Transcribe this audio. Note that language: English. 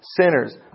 sinners